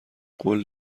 قول